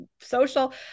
social